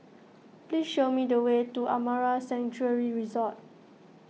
please show me the way to Amara Sanctuary Resort